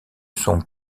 sont